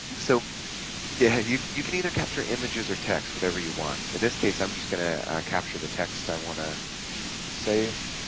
so yeah you you can either capture images or text whatever you want in this case i'm just gonna capture the text i wanna save